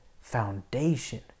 foundation